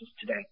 today